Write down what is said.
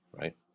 right